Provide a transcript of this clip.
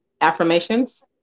affirmations